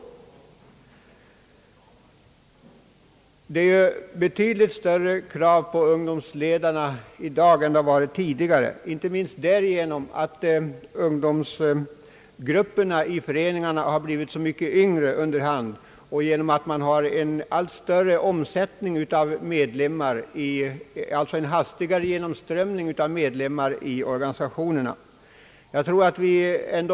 Kraven på ungdomsledarna är ju betydligt större i dag än tidigare, inte minst på grund av att ungdomsgrupperna i föreningarna blivit yngre och att man har en hastigare genomströmning av medlemmar i organisationerna.